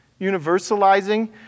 Universalizing